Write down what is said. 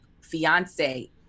fiance